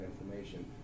information